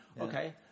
okay